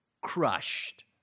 crushed